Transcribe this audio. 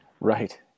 Right